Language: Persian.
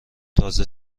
تازه